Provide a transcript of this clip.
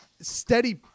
steady